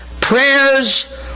Prayers